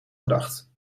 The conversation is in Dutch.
gedacht